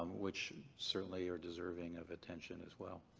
um which certainly are deserving of attention as well.